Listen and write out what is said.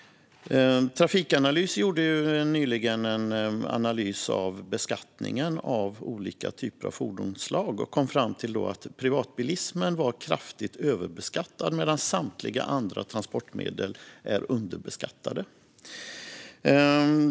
Trafikanalys gjorde nyligen en analys av beskattningen av olika typer av fordonsslag och kom fram till att privatbilismen är kraftigt överbeskattad, medan samtliga andra transportmedel är underbeskattade.